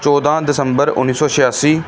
ਚੌਦ੍ਹਾਂ ਦਸੰਬਰ ਉੱਨੀ ਸੌ ਛਿਆਸੀ